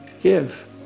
Give